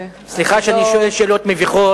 אני לא, סליחה שאני שואל שאלות מביכות.